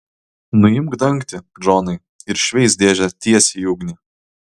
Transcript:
nuimk dangtį džonai ir šveisk dėžę tiesiai į ugnį